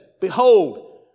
Behold